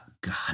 God